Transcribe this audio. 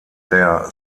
der